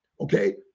Okay